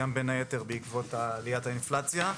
גם בין היתר בעקבות עליית האינפלציה.